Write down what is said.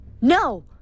no